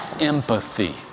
empathy